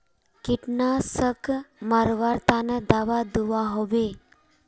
कीटनाशक मरवार तने दाबा दुआहोबे?